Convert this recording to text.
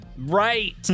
Right